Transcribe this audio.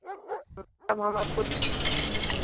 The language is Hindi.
तब हम आपको